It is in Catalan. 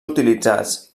utilitzats